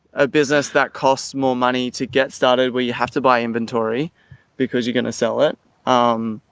a business that costs more money to get started where you have to buy inventory because you're going to sell it. um,